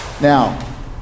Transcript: Now